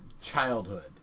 childhood